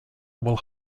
will